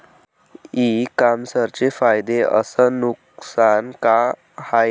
इ कामर्सचे फायदे अस नुकसान का हाये